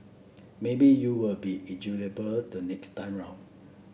maybe you will be the next time round